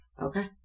Okay